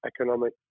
economic